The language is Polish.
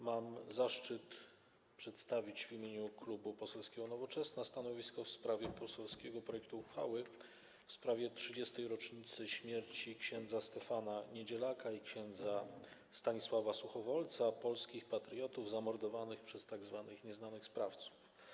Mam zaszczyt przedstawić w imieniu Klubu Poselskiego Nowoczesna stanowisko w sprawie poselskiego projektu uchwały w sprawie 30. rocznicy śmierci ks. Stefana Niedzielaka i ks. Stanisława Suchowolca - polskich patriotów zamordowanych przez „nieznanych sprawców”